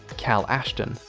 cal ashton,